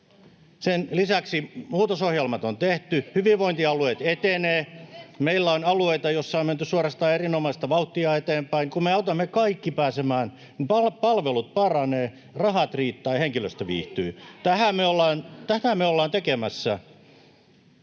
Sen lisäksi muutosohjelmat on tehty, hyvinvointialueet etenevät. Meillä on alueita, joissa on menty suorastaan erinomaista vauhtia eteenpäin. Kun me autamme kaikkia pääsemään, palvelut paranevat, rahat riittävät ja henkilöstö viihtyy. Tätä me ollaan tekemässä,